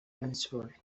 answered